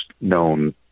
known